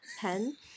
pen